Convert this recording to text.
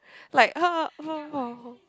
like